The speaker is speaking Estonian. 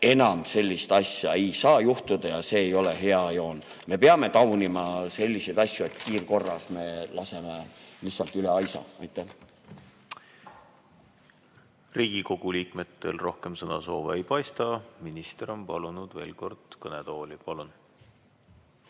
enam sellist asja ei saa juhtuda, see ei ole hea joon. Me peame taunima selliseid asju, et kiirkorras laseme lihtsalt üle aisa. Aitäh! Riigikogu liikmetel rohkem sõnasoovi ei paista. Minister on palunud veel kord kõnetooli. Palun!